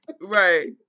right